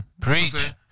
Preach